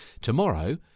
Tomorrow